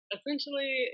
Essentially